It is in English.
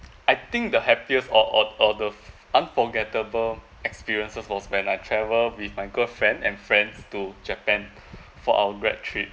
I think the happiest or or or the unforgettable experiences was when I travelled with my girlfriend and friends to japan for our grad~ trip